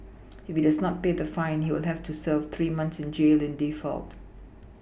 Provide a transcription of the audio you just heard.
if he does not pay the fine he will have to serve three months in jail in default